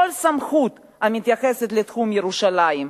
כל סמכות המתייחסת לתחום ירושלים.